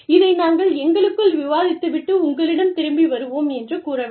இதை நாங்கள் எங்களுக்குள் விவாதித்துவிட்டு உங்களிடம் திரும்பி வருவோம் என்று கூற வேண்டும்